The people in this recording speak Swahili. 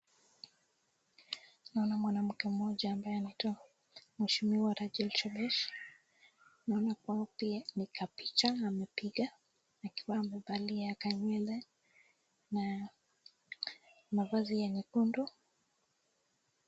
Tunaona mwanamke mmoja ambaye anaitwa mheshimiwa Rachel Shebesh. Tunaona wao pia ni kapicha wamepiga ni kama amevalia ka nywele na mavazi ya nyekundu